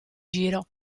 giro